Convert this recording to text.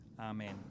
Amen